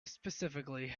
specifically